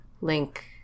Link